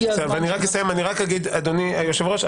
הגיע הזמן --- רק אסיים, אדוני היושב-ראש.